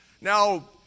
Now